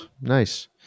nice